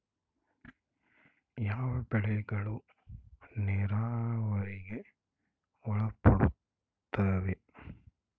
ಯಾವ ಬೆಳೆಗಳು ನೇರಾವರಿಗೆ ಒಳಪಡುತ್ತವೆ?